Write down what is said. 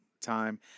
time